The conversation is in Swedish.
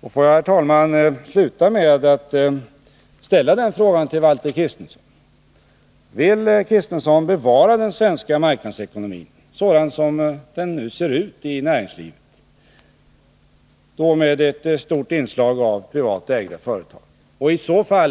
Låt mig, herr talman, sluta med att ställa några frågor till Valter Kristenson: Vill herr Kristenson bevara den svenska marknadsekonomin sådan som den nu ser ut, med ett stort inslag av privatägda företag?